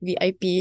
VIP